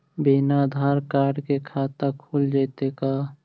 बिना आधार कार्ड के खाता खुल जइतै का?